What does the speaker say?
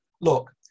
look